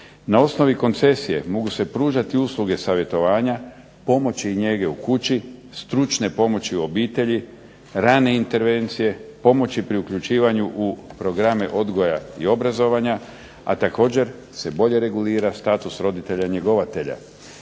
Na osnovi koncesije mogu se pružati usluge savjetovanja, pomoći i njege u kući, stručne pomoći u obitelji, rane intervencije, pomoći pri uključivanju u programe odgoja i obrazovanja, a također se bolje regulira status roditelja njegovatelja